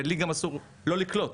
ולי גם אסור לא לקלוט.